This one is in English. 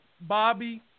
Bobby